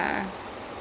hip hop தமிழா:thamila